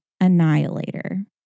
annihilator